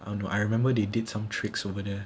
I don't know I remember they did some tricks over there